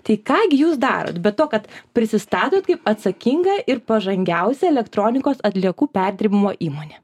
tai ką gi jūs darot be to kad prisistatot kaip atsakinga ir pažangiausia elektronikos atliekų perdirbimo įmonė